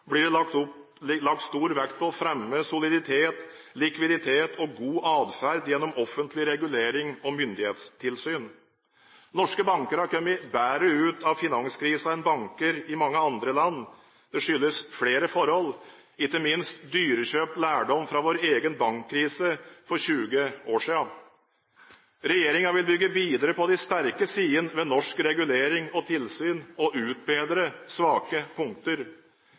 blir det lagt stor vekt på å fremme soliditet, likviditet og god atferd gjennom offentlig regulering og myndighetstilsyn. Norske banker har kommet bedre ut av finanskrisen enn banker i mange andre land. Det skyldes flere forhold, ikke minst dyrekjøpt lærdom fra vår egen bankkrise for 20 år siden. Regjeringen vil bygge videre på de sterke sidene ved norsk regulering og tilsyn og utbedre svake punkter.